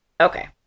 Okay